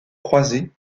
croisées